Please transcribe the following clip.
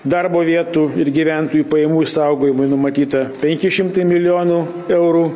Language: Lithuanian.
darbo vietų ir gyventojų pajamų išsaugojimui numatyta penki šimtai milijonų eurų